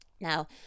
Now